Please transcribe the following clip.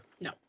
No